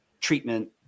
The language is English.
treatment